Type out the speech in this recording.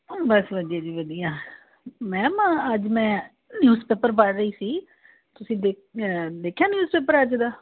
ਬਸ ਵਧੀਆ ਜੀ ਵਧੀਆ ਮੈਮ ਅੱਜ ਮੈਂ ਨਿਊਜ਼ ਪੇਪਰ ਪੜ੍ਹ ਰਹੀ ਸੀ ਤੁਸੀਂ ਦੇਖ ਦੇਖਿਆ ਨਿਊਜ਼ ਪੇਪਰ ਅੱਜ ਦਾ